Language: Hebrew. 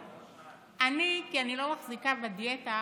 אני, אני לא מחזיקה בדיאטה,